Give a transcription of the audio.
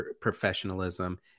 professionalism